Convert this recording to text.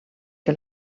que